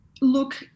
Look